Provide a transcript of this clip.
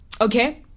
okay